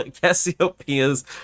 Cassiopeia's